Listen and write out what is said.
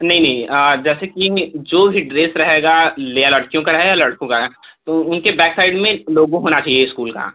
नहीं नहीं जैसे कि जो ही ड्रेस रहेगा या लड़कियों का रहेगा या लड़कों का तो उनके बैक साइड में लोगों होना चाहिए इस्कूल का